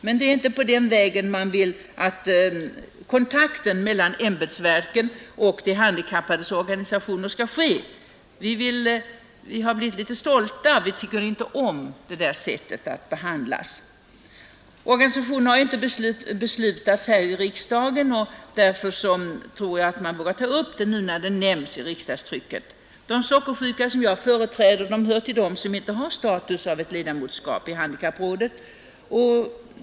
Men det är inte på det sättet vi vill ha kontakten mellan ämbetsverken och de handikappades organisationer. Vi har blivit litet stolta. Organisationen av handikapprådet har inte beslutats här i riksdagen, och därför tror jag, att man vågar ta upp den, när den nu nämns i riksdagstrycket. De sockersjuka, som jag företräder, hör till dem, som inte har status av ett ledamotskap i handikapprådet.